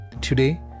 Today